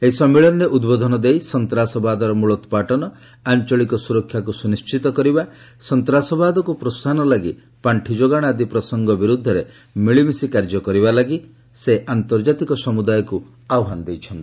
ଏହି ସମ୍ମିଳନୀରେ ଉଦ୍ବୋଧନ ଦେଇ ସନ୍ତାସବାଦର ମୂଳୋତ୍ପାଟନ ଆଞ୍ଚଳିକ ସୁରକ୍ଷାକୁ ସୁନିଶ୍ଚିତ କରିବା ସନ୍ତାସବାଦକୁ ପ୍ରୋହାହନ ଲାଗି ପାଣ୍ଠି ଯୋଗାଣ ଆଦି ପ୍ରସଙ୍ଗ ବିରୁଦ୍ଧରେ ମିଳିମିଶି କାର୍ଯ୍ୟ କରିବା ଲାଗି ଶ୍ରୀ ସିଂ ଆନ୍ତର୍ଜାତିକ ସମୁଦାୟକୁ ଆହ୍ୱାନ ଦେଇଛନ୍ତି